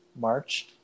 March